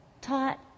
taught